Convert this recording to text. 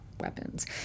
weapons